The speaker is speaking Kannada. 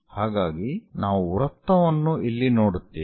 ಹಾಗಾಗಿ ನಾವು ವೃತ್ತವನ್ನು ಇಲ್ಲಿ ನೋಡುತ್ತೇವೆ